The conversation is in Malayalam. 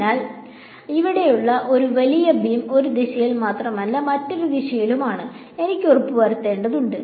അതിനാൽ ഇവിടെയുള്ള ഈ വലിയ ബീം ഒരു ദിശയിൽ മാത്രമല്ല മറ്റൊരു ദിശയിലുമാണെന്ന് എനിക്ക് ഉറപ്പുവരുത്തേണ്ടതുണ്ട്